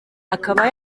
akaba